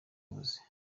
avuze